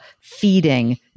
feeding